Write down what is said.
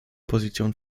position